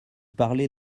parlez